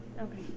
okay